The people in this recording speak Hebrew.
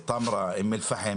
טמרה, אום אל פחם.